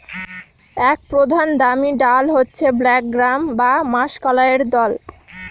এক প্রধান দামি ডাল হচ্ছে ব্ল্যাক গ্রাম বা মাষকলাইর দল